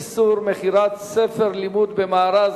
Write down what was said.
איסור מכירת ספר לימוד במארז),